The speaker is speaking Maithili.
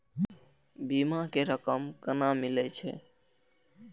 बीमा के रकम केना मिले छै?